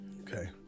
Okay